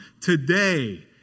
Today